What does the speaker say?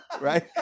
Right